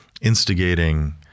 instigating